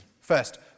First